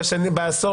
שבעשור